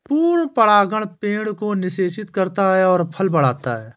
पूर्ण परागण पेड़ को निषेचित करता है और फल बढ़ता है